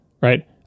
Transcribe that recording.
right